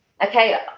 okay